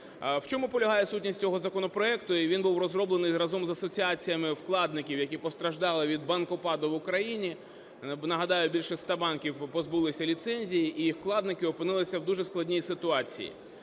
В чому полягає сутність цього законопроекту? Він був розроблений разом з асоціаціями вкладників, які постраждали від "банкопаду" в Україні. Нагадаю, більше 100 банків позбулися ліцензій і вкладники опинилися в дуже складній ситуації.